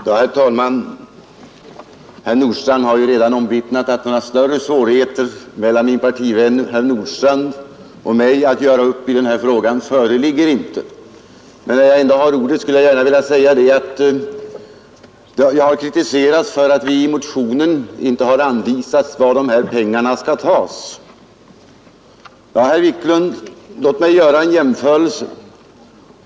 Herr talman! Min partivän herr Nordstrandh har redan omvittnat att några större svårigheter att göra upp i denna fråga inte föreligger mellan honom och mig. När jag ändå har ordet skulle jag gärna vilja säga, att jag har kritiserats för att jag i motionen inte har anvisat var dessa pengar skall tas. Låt mig, herr Wiklund i Härnösand, göra en jämförelse.